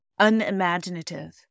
unimaginative